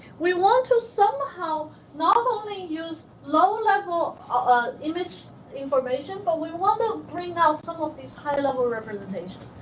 we want to somehow not only use low-level ah image information but we want to bring out some of these high-level representation.